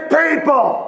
people